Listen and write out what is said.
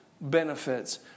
benefits